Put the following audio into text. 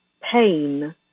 pain